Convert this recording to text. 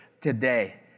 today